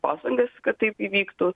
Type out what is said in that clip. pastangas kad taip įvyktų